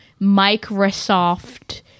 microsoft